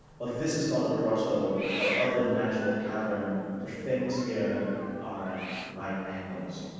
but this is not a grotto or other natural cavern for things here are at right angels.